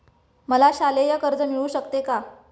मला शालेय कर्ज मिळू शकते का?